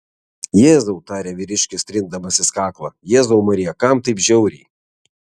jėzau tarė vyriškis trindamasis kaklą jėzau marija kam taip žiauriai